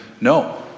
No